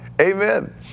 amen